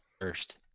first